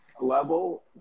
level